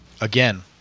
again